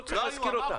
לא צריך להזכיר אותן.